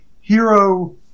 hero